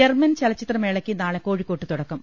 German ചലച്ചിത്രമേളയ്ക്ക് നാളെ കോഴിക്കോട്ട് തുടക്കം